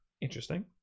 Interesting